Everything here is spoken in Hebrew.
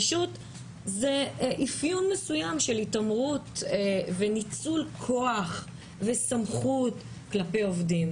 פשוט זה אפיון מסוים של התעמרות וניצול כוח וסמכות כלפי עובדים.